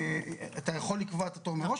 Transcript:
אתה יכול לקבוע את התור מראש,